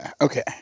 Okay